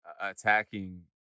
attacking